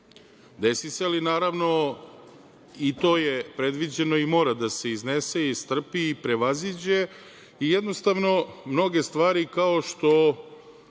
desi se, ali naravno i to je predviđeno i mora da se iznese i strpi i prevaziđe i jednostavno mnoge stvari kao što